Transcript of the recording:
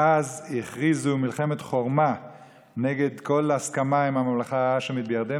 ואז הכריזו מלחמת חורמה נגד כל הסכמה עם הממלכה ההאשמית בירדן,